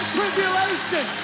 tribulation